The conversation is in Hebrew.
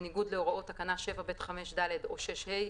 בניגוד להוראות תקנה 7(ב)(5)(ד) או (6)(ה),